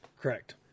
Correct